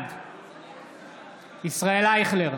בעד ישראל אייכלר,